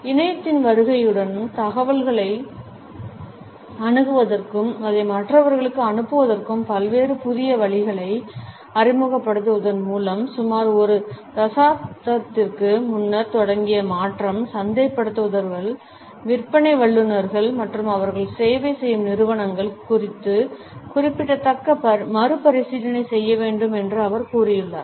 இணையத்தின் வருகையுடனும் தகவல்களை அணுகுவதற்கும் அதை மற்றவர்களுக்கு அனுப்புவதற்கும் பல்வேறு புதிய வழிகளை அறிமுகப்படுத்துவதன் மூலம் சுமார் ஒரு தசாப்தத்திற்கு முன்னர் தொடங்கிய மாற்றம் சந்தைப்படுத்துபவர்கள் விற்பனை வல்லுநர்கள் மற்றும் அவர்கள் சேவை செய்யும் நிறுவனங்கள் குறித்து குறிப்பிடத்தக்க மறுபரிசீலனை செய்ய வேண்டும் என்றும் அவர் கூறுகிறார்